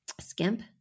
Skimp